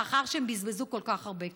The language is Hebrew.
לאחר שהם בזבזו כל כך הרבה כסף.